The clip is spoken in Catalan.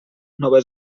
nova